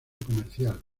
comercial